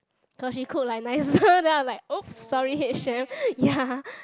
cause she cook like nicer then I'm like oops sorry head chef ya